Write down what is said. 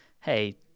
hey